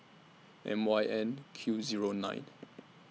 M Y N Q Zero nine